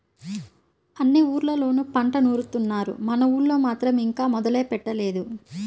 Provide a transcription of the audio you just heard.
అన్ని ఊర్లళ్ళోనూ పంట నూరుత్తున్నారు, మన ఊళ్ళో మాత్రం ఇంకా మొదలే పెట్టలేదు